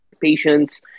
patients